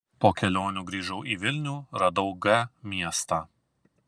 po kelionių grįžau į vilnių radau g miestą